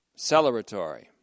celebratory